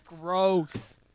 Gross